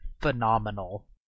phenomenal